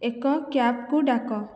ଏକ କ୍ୟାବ୍କୁ ଡାକ